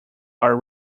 are